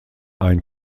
ein